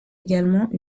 également